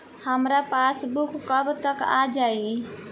हमार पासबूक कब तक आ जाई?